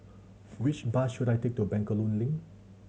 which bus should I take to Bencoolen Link